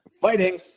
Fighting